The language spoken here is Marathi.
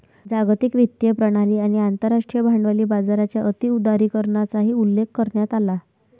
जागतिक वित्तीय प्रणाली आणि आंतरराष्ट्रीय भांडवली बाजाराच्या अति उदारीकरणाचाही उल्लेख करण्यात आला